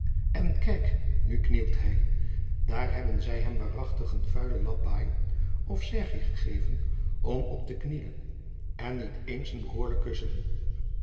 en kijk nu knielt hy daar hebben zy hem waarachtig een vuilen lap baai of sergie jacob van lennep elizabeth musch gegeven om op te knielen en niet eens een behoorlijk kussen